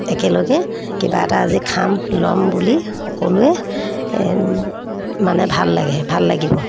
একেলগে কিবা এটা আজি খাম ল'ম বুলি সকলোৱে মানে ভাল লাগে ভাল লাগিব